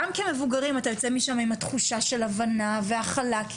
גם כמבוגרים אתה יוצא משם עם התחושה של הבנה והכלה,